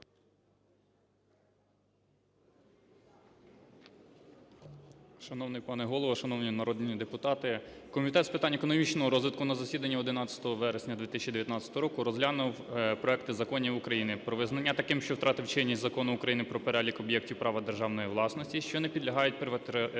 Шановний пане Голово! Шановні народні депутати! Комітет з питань економічного розвитку на засіданні 11 вересня 2019 року розглянув проекти законів України: про визнання таким, що втратив чинність, Закон України "Про перелік об'єктів права державної власності, що не підлягають приватизації"